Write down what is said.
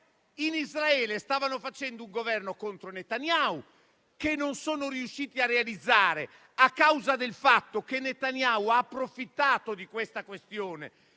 in Israele stavano facendo un Governo contro Netanyahu, che non sono riusciti a realizzare a causa del fatto che Netanyahu ha approfittato della questione